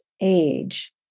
age